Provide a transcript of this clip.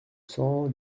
cent